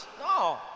No